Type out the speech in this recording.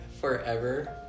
forever